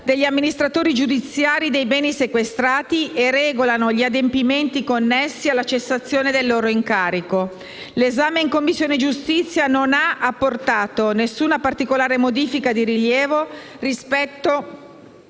degli amministratori giudiziari dei beni sequestrati e regolano gli adempimenti connessi alla cessazione del loro incarico. L'esame in Commissione giustizia non ha apportato alcuna particolare modifica di rilievo rispetto